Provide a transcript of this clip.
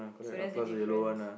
so that's a difference